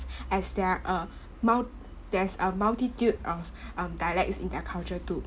as there a mul~ there's a multitude of um dialects in their culture too